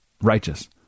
righteous